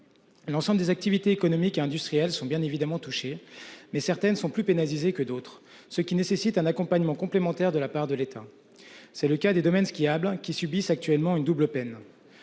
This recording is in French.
L'ensemble des activités économiques et industriels sont bien évidemment touché mais certaines sont plus pénalisés que d'autres, ce qui nécessite un accompagnement complémentaire de la part de l'État. C'est le cas des domaines skiables qui subissent actuellement une double peine.